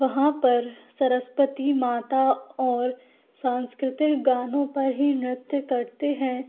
वहाँ पर सरस्वती माता और सांस्कृतिक गानों पर ही नृत्य करते हैं